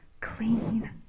clean